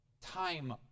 time